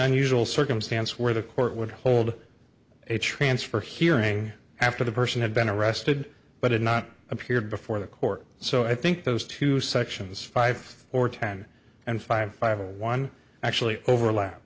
unusual circumstance where the court would hold a transfer hearing after the person had been arrested but had not appeared before the court so i think those two sections five or ten and five five one actually overlap